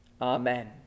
Amen